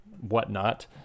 whatnot